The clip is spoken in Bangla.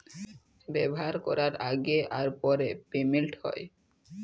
ব্যাভার ক্যরার আগে আর পরে পেমেল্ট হ্যয়